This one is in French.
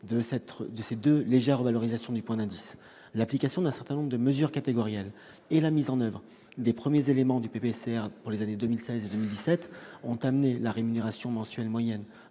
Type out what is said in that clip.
de ces 2 légère revalorisation du point d'indice, l'application d'un certain nombre de mesures catégorielles et la mise en oeuvre des premiers éléments du PPCR pour les années 2016 et de 17 ont amené la rémunération mensuelle moyenne